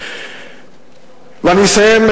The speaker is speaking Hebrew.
ואני אסיים,